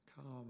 come